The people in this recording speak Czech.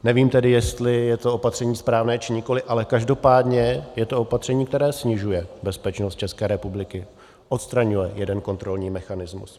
Nevím tedy, jestli je to opatření správné, či nikoli, ale každopádně je to opatření, které snižuje bezpečnost České republiky, odstraňuje jeden kontrolní mechanismus.